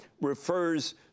refers